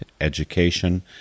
education